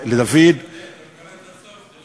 וגם אם חנין זועבי מרתיחה לי את